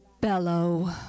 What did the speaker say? bellow